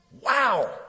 Wow